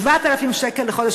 7,000 לחודש.